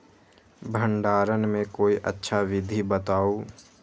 भंडारण के कोई अच्छा विधि बताउ?